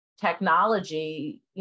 technology